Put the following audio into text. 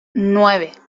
nueve